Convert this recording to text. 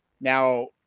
Now